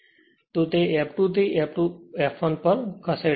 તો તે F2 થી F1 પર ખસેડશે